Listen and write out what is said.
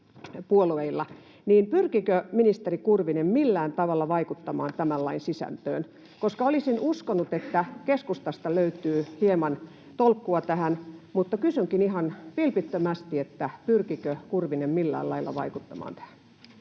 pyrkikö ministeri Kurvinen millään tavalla vaikuttamaan tämän lain sisältöön. Olisin uskonut, että keskustasta löytyy hieman tolkkua tähän, mutta kysynkin ihan vilpittömästi: pyrkikö Kurvinen millään lailla vaikuttamaan tähän?